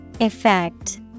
Effect